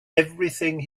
everything